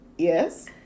Yes